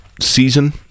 season